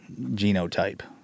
genotype